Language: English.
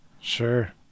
Sure